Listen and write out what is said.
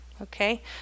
okay